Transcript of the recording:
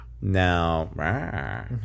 Now